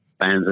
fans